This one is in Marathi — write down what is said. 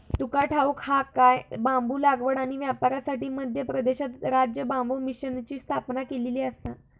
तुका ठाऊक हा काय?, बांबू लागवड आणि व्यापारासाठी मध्य प्रदेशात राज्य बांबू मिशनची स्थापना केलेली आसा